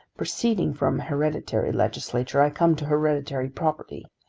proceeding from hereditary legislature i come to hereditary property.